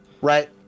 right